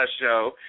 show